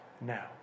now